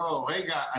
לא, רגע..